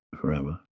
forever